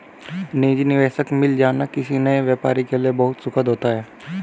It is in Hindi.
निजी निवेशक मिल जाना किसी नए व्यापारी के लिए बहुत सुखद होता है